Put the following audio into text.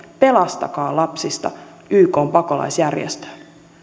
pelastakaa lapsista ykn pakolaisjärjestöön